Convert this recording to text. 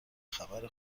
خبر